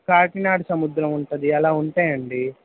కాకినాడ సముద్రం ఉంటుంది అలా ఉంటాయండి